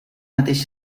mateix